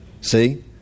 See